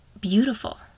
beautiful